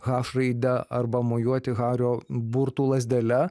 h raide arba mojuoti hario burtų lazdele